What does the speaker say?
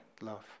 love